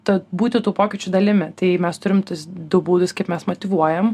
tad būti tų pokyčių dalimi tai mes turim tuos du būdus kaip mes motyvuojam